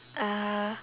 uh